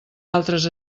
altres